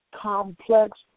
complex